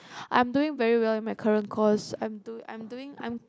I'm doing very well in my current course I'm do I'm doing I'm